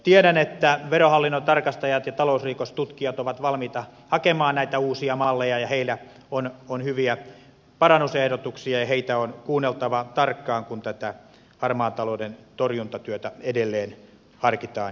tiedän että verohallinnon tarkastajat ja talousrikostutkijat ovat valmiita hakemaan näitä uusia malleja ja heillä on hyviä parannusehdotuksia ja heitä on kuunneltava tarkkaan kun tätä harmaan talouden torjuntatyötä edelleen harkitaan ja kehitetään